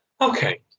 Okay